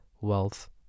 wealth